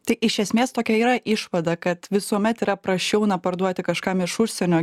tai iš esmės tokia yra išvada kad visuomet yra prasčiau na parduoti kažkam iš užsienio